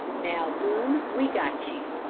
now, boone, we got you.